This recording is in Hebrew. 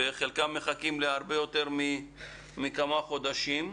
חלקם מחכים הרבה יותר מכמה חודשים.